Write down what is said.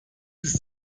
ist